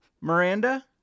miranda